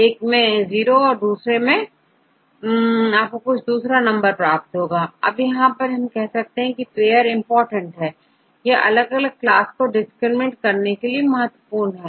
एक में 0 हो तो दूसरे में आपको कुछ नंबर प्राप्त होगा तो हम यह कह सकते हैं की pair इंपॉर्टेंट है यह अलग अलग क्लास को डिस्क्रिमिनेट करने के लिए महत्वपूर्ण है